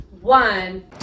one